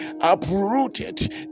uprooted